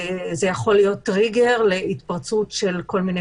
זה יכול להיות טריגר להתפרצות של כל מיני